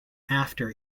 after